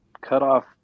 cut-off